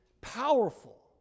powerful